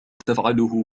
تفعله